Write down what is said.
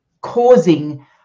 causing